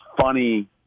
funny